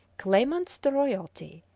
claimants to royalty.